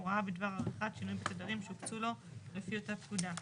הוראה בדבר עריכת שינוי בתדרים שהוקצו לו לפי אותה פקודה.